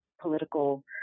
political